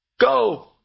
Go